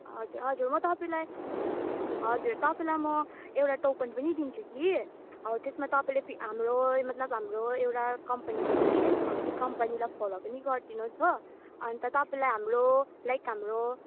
हजुर हजुर म तपाईँलाई हजुर तपाईँलाई म एउटा टोकन पनि दिन्छु कि हो त्यसमा तपाईँले चाहिँ हाम्रो यो मतलब हाम्रो एउटा कम्पनी छ कि हो त्यो कम्पनीलाई फलो पनि गरिदिनु होस् हो अन्त तपाईँलाई हाम्रो लाइक हाम्रो